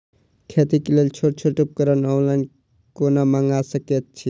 खेतीक लेल छोट छोट उपकरण ऑनलाइन कोना मंगा सकैत छी?